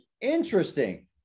Interesting